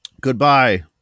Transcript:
Goodbye